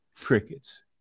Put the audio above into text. crickets